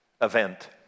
event